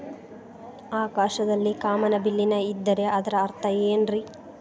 ಆಕಾಶದಲ್ಲಿ ಕಾಮನಬಿಲ್ಲಿನ ಇದ್ದರೆ ಅದರ ಅರ್ಥ ಏನ್ ರಿ?